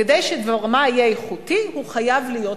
כדי שדבר-מה יהיה איכותי הוא חייב להיות פרטי.